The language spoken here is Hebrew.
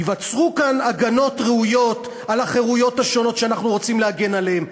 ייווצרו כאן הגנות ראויות על החירויות השונות שאנחנו רוצים להגן עליהן,